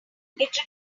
required